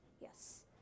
Yes